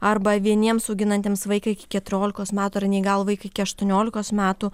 arba vieniems auginantiems vaiką iki keturiolikos metų ar neįgalų vaiką iki aštuoniolikos metų